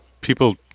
people